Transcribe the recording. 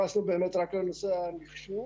התייחסנו באמת רק לנושא המחשוב.